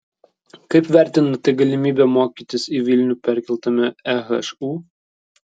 kaip vertinate galimybę mokytis į vilnių perkeltame ehu